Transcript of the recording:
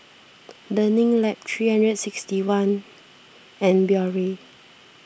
Learning Lab three hundred and sixty one and Biore